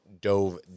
dove